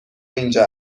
اینجا